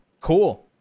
Cool